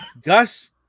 Gus